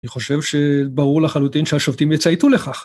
אני חושב שברור לחלוטין שהשופטים יצייתו לכך.